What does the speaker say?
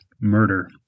murder